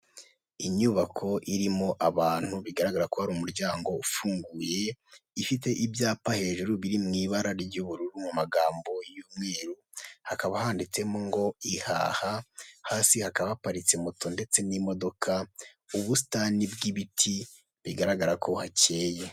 Inyubako irimo abantu bigaragara ko hari umuryango ufunguye, ifite ibyapa hejuru biri mu ibara ry'ubururu mu magambo y'umweru hakaba handitsemo ngo ihaha, hasi hakaba haparitse moto ndetse n'imodoka, ubusitani bw'ibiti bigaragara ko hakeye.